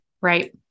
Right